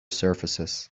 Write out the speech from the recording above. surfaces